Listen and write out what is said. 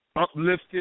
uplifted